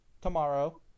tomorrow